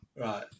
Right